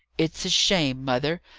it's a shame, mother!